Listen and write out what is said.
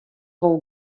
wol